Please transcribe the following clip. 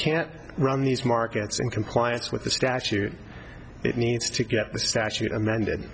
can't run these markets in compliance with the statute it needs to get the statute amended